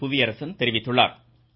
புவியரசன் தெரிவித்துள்ளா்